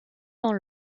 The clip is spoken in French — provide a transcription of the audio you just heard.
dans